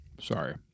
Sorry